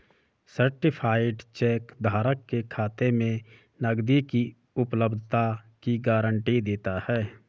certified cheque धारक के खाते में नकदी की उपलब्धता की गारंटी देता है